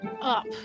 up